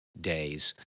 days